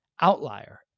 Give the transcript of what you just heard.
outlier